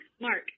Mark